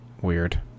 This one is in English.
Weird